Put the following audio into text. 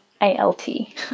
A-L-T